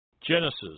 Genesis